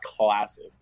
classic